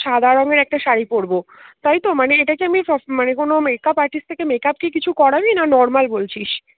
সাদা রঙের একটা শাড়ি পরবো তাই তো মানে এটাকে আমি মানে কোনো মেকআপ আর্টিস্ট থেকে মেকআপ কি কিছু করাবি না নর্মাল বলছিস